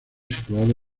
situado